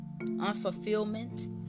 unfulfillment